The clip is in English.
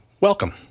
welcome